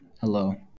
hello